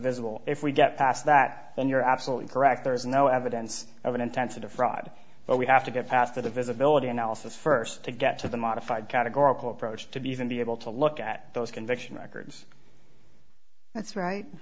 divisible if we get past that then you're absolutely correct there is no evidence of an intensive fraud but we have to get past that the visibility analysis first to get to the modified categorical approach to be even be able to look at those conviction records that's right